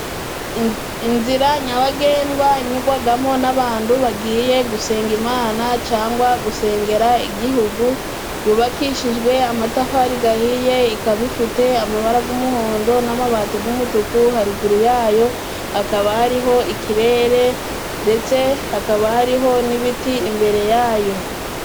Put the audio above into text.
Inzira nyabagendwa inyugwagamo n'abandu bagiye gusenga Imana cangwa gusengera igihugu. Yubakishijwe amatafari gahiye, ikaba ifite amabara g'umuhondo n'amabati g'umutuku. Haruguru yayo hakaba hariho ikirere ndetse hakaba hariho n'ibiti imbere yayo.